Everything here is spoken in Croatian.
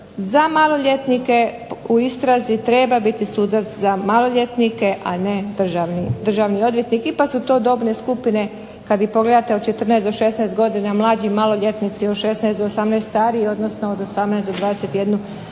Za maloljetnike u istrazi treba biti sudac za maloljetnike, a ne državni odvjetnik, ipak su to dobne skupine, kad ih pogledate od 14 do 16 godina mlađi maloljetnici, od 16 do 18 stariji, odnosno od 18 do